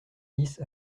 dix